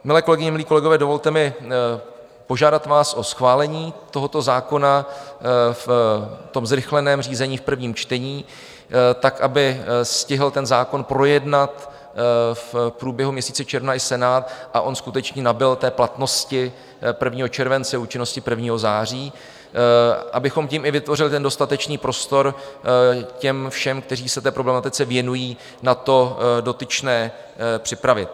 Milé kolegyně, milí kolegové, dovolte mi požádat vás o schválení tohoto zákona v tom zrychleném řízení v prvním čtení, tak aby stihl ten zákon projednat v průběhu měsíce června i Senát, a on skutečně nabyl té platnosti 1. července, účinnosti 1. září, abychom tím i vytvořili ten dostatečný prostor těm všem, kteří se té problematice věnují na to dotyčné připravit.